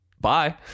Bye